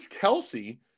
Kelsey